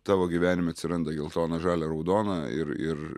tavo gyvenime atsiranda geltona žalia raudona ir ir